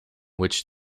which